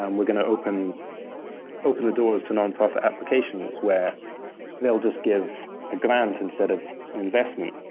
um we're going to open open the doors to nonprofit applications where they'll just give a grant instead of an investment,